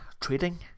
trading